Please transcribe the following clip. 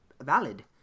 valid